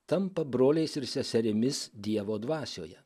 tampa broliais ir seserimis dievo dvasioje